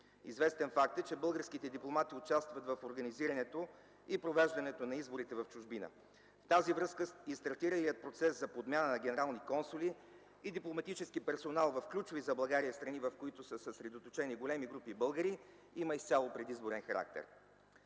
Известен факт е, че българските дипломати участват в организирането и провеждането на изборите в чужбина. В тази връзка и стартиралият процес за подмяна на генерални консули и дипломатически персонал в ключови за България страни, в които са съсредоточени големи групи българи, има изцяло предизборен характер.